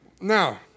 Now